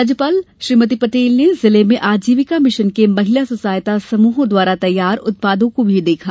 राज्यपाल श्रीमती पटेल ने जिले में आजीविका मिशन के महिला स्व सहायता समूहों द्वारा तैयार उत्पादों को भी देखा